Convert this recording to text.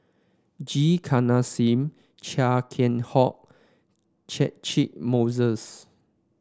G Kandasamy Chia Keng Hock Catchick Moses